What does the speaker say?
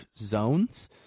zones